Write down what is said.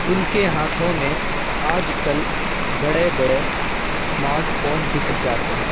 ان کے ہاتھوں میں آج کل بڑے بڑے اسمارٹ فون دکھ جاتے ہیں